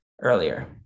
earlier